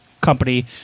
company